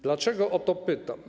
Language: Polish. Dlaczego o to pytam?